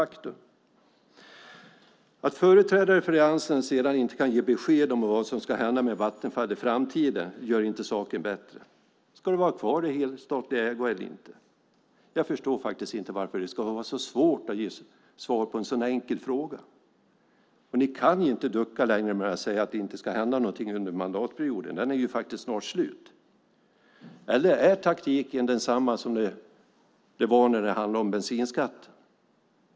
Att sedan företrädare för Alliansen inte kan ge besked om vad som ska hända med Vattenfall i framtiden gör inte saken bättre. Ska det vara kvar i helstatlig ägo eller inte? Jag förstår faktiskt inte varför det ska vara så svårt att ge svar på en sådan enkel fråga. Ni kan inte ducka längre och säga att det inte ska hända något under mandatperioden. Den är ju snart slut. Eller är taktiken densamma som när det handlade om bensinskatten?